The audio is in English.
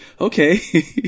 okay